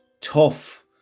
tough